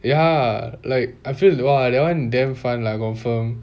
ya like I feel like !wah! that one damn fun lah confirm